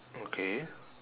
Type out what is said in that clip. okay